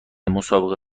مسابقه